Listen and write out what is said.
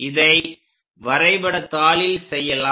இதை வரைபடத்தாளில் செய்யலாம்